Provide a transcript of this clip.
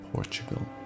Portugal